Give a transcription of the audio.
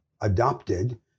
adopted